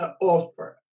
Offer